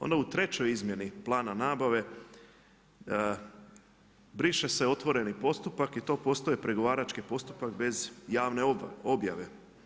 Onda u trećoj izmjeni plana nabave briše se otvoreni postupak i to postaje pregovarački postupak bez javne objave.